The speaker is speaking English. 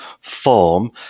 form